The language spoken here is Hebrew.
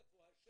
זה לא נכון.